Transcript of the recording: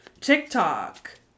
TikTok